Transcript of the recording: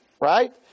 right